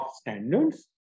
standards